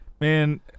man